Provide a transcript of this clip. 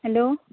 hello